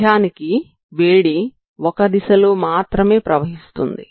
నిజానికి వేడి ఒక దిశలో మాత్రమే ప్రవహిస్తుంది